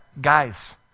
Guys